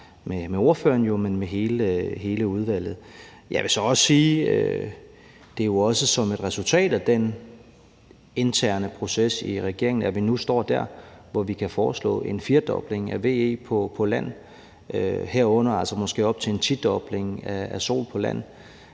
med ordføreren, men jo med hele udvalget. Jeg vil så sige, at det jo også er som et resultat af den interne proces i regeringen, at vi nu står der, hvor vi kan foreslå en firedobling af VE på land, herunder måske op til en tidobling af solenergi på land.